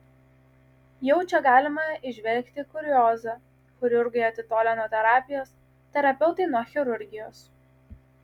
jau čia galima įžvelgti kuriozą chirurgai atitolę nuo terapijos terapeutai nuo chirurgijos